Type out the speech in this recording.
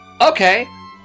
okay